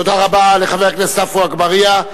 תודה רבה לחבר הכנסת עפו אגבאריה.